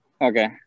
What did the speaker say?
Okay